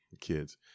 kids